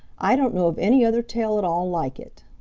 i don't know of any other tail at all like it.